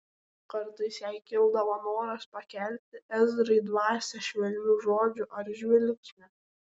kartais jai kildavo noras pakelti ezrai dvasią švelniu žodžiu ar žvilgsniu